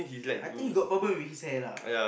I think got problem with his hair lah